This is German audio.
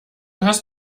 hast